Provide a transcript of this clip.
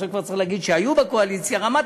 עכשיו צריך להגיד "שהיו בקואליציה" רמת